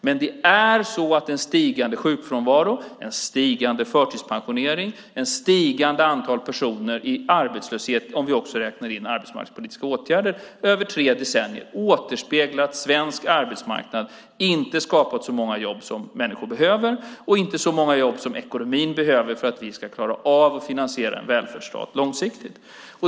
Men en stigande sjukfrånvaro, en stigande förtidspensionering och ett stigande antal personer i arbetslöshet, om vi också räknar in arbetsmarknadspolitiska åtgärder, över tre decennier återspeglar att svensk arbetsmarknad inte skapat så många jobb som människor behöver och inte så många jobb som ekonomin behöver för att vi ska klara av att finansiera en välfärdsstat långsiktigt.